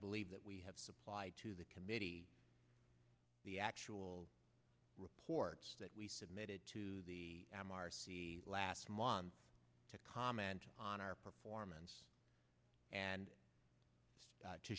believe that we have supplied to the committee the actual reports that we submitted to the m r c last month to comment on our performance and